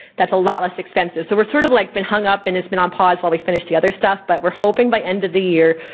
that's a lot less expensive. so we're sort of like, been hung up, and it's been on pause while we finish the other stuff. but we're hoping by end of the year,